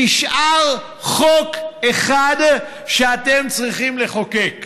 נשאר חוק אחד שאתם צריכים לחוקק,